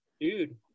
dude